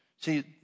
See